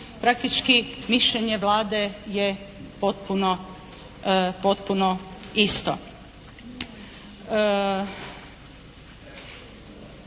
praktički mišljenje Vlade je potpuno isto.